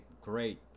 great